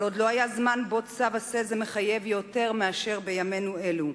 אבל עוד לא היה זמן שבו צו עשה זה מחייב יותר מאשר בימינו אלה,